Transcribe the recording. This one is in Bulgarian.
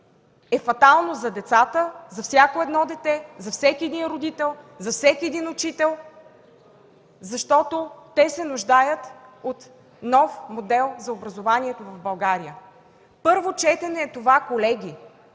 е фатално за всяко дете, за всеки родител, за всеки учител, защото те се нуждаят от нов модел за образованието в България. Първо четене е това, колеги.